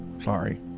sorry